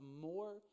more